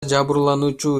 жабырлануучу